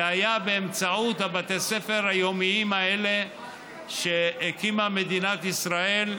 זה היה באמצעות בתי הספר היומיים האלה שהקימה מדינת ישראל.